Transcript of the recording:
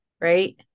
right